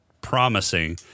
promising